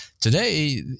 Today